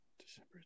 December